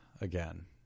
again